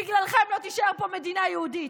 בגללכם לא תישאר פה מדינה יהודית.